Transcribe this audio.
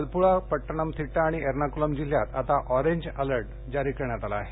अलपुळा पटट्णमथिष्टा आणि एर्नाकुलम जिल्ह्यात आता ऑरेंज अलर्ट जारी करण्यात आला आहे